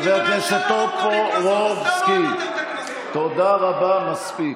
חבר הכנסת טופורובסקי, תודה רבה, מספיק.